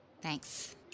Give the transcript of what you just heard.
Thanks